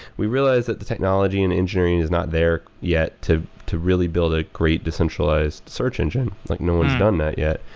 we realized that the technology and engineering is not there yet to to really build a great decentralized search engine, like no one has done that yet.